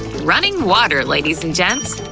running water, ladies and gents!